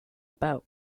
about